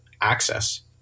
access